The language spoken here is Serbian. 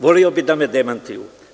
Voleo bih da me demantuju.